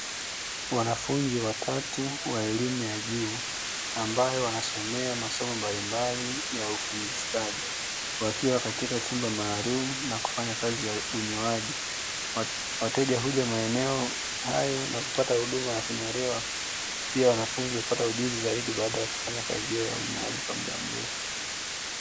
Wanafunzi watatu wa elimu ya juu, ambao wanasomea masomo mbalimbali ya ufundi stadi, wakiwa katika chumba maalumu cha kufanya kazi ya unyoaji, wateja huja maeneo hayo na kupata huduma ya kunyolewa na pia wanafunzi hupata ujuzi maalumu baada ya kufanya kazi hiyo kwa muda mrefu.